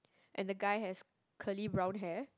and the guy has curly brown hair